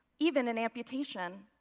even an amputation.